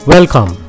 Welcome